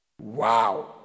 Wow